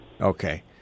Okay